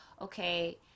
Okay